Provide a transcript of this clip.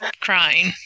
crying